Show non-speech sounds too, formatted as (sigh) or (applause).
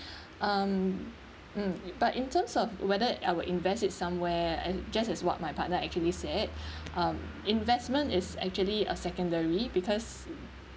(breath) um mm but in terms of whether I will invest it somewhere and just as what my partner actually said (breath) um investment is actually a secondary because